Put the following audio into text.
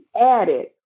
added